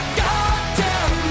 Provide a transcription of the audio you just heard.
goddamn